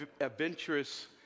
adventurous